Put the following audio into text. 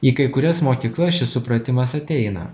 į kai kurias mokyklas šis supratimas ateina